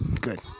Good